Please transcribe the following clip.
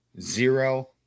zero